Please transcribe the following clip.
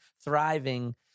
thriving